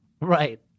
right